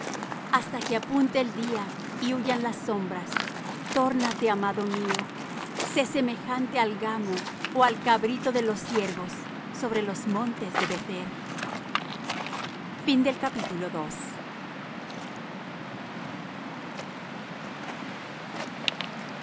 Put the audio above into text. hasta que apunte el día y huyan las sombras tórnate amado mío sé semejante al gamo ó al cabrito de los ciervos sobre los montes de bether por